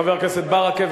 חבר הכנסת מוחמד ברכה,